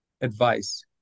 advice